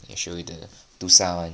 okay should we do that to sell one